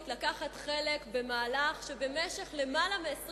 לקחת חלק במהלך שהכנסת הזאת מנסה לקדם במשך למעלה מ-20